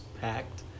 packed